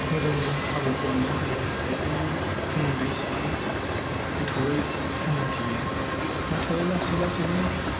मोजां मोजां खाबुफोर मोननो हायो बेफोरनि सोमोन्दै एसेबां गोथौयै सांग्रांथि गैया नाथाय लासै लासैनो